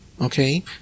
Okay